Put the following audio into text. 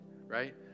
right